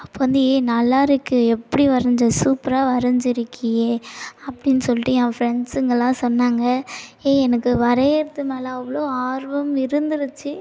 அப்போ வந்து ஏ நல்லாயிருக்கு எப்படி வரைஞ்ச சூப்பராக வரைஞ்சிருக்கியே அப்படின்னு சொல்லிட்டு என் ஃப்ரெண்ட்ஸுங்களாம் சொன்னாங்க ஏ எனக்கு வரையிறது மேலே அவ்வளோ ஆர்வம் இருந்துருச்சு